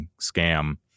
scam